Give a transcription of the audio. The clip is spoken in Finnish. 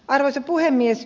arvoisa puhemies